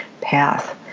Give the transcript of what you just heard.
path